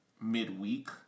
midweek